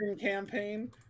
campaign